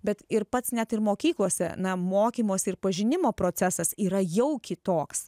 bet ir pats net ir mokyklose na mokymosi ir pažinimo procesas yra jau kitoks